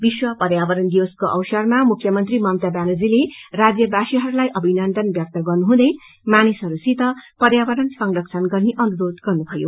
विश्व पर्यावरण दिवसको अवसरमा मुख्यमन्त्री ममता ब्यानर्जीले राज्यवासीहरूलाई अभिनन्दन व्यक्त गर्नुहुँदै मानिसहरूसित पर्यावरण संरक्ष्राण गर्ने अनुरोध गर्नुमयो